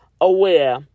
aware